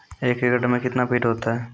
एक एकड मे कितना फीट होता हैं?